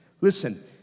Listen